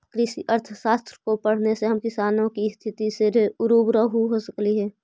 कृषि अर्थशास्त्र को पढ़ने से हम किसानों की स्थिति से रूबरू हो सकली हे